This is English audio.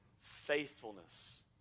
Faithfulness